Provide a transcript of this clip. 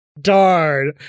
Darn